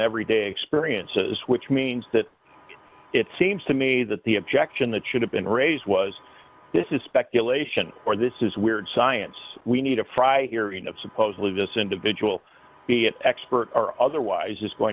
everyday experiences which means that it seems to me that the objection that should have been raised was this is speculation or this is weird science we need a fry hearing of supposedly this individual be it expert or otherwise is going